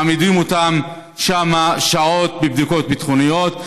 מעמידים אותם שם שעות בבדיקות ביטחוניות.